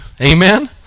Amen